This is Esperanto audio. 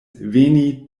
veni